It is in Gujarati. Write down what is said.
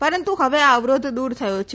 પરંતુ હવે આ અવરોધ દુર થયો છે